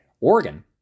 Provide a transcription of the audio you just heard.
Oregon